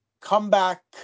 comeback